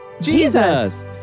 Jesus